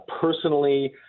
personally